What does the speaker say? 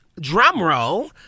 drumroll